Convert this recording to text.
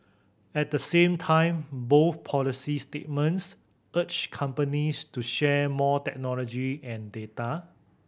at the same time both policy statements urged companies to share more technology and data